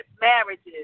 marriages